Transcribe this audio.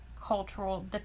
cultural